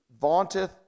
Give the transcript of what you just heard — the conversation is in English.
vaunteth